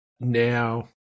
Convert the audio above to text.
now